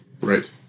Right